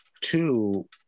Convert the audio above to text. Two